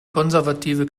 konservative